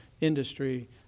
industry